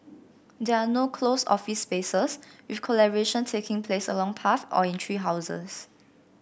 there are no closed office spaces with collaboration taking place along paths or in tree houses